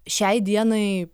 šiai dienai